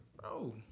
bro